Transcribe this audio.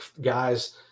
guys